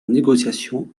négociation